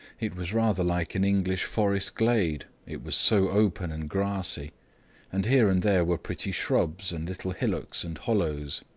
it was rather like an english forest glade, it was so open and grassy and here and there were pretty shrubs, and little hillocks and hollows.